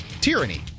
tyranny